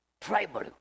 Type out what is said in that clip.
Tribal